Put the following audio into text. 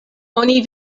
oni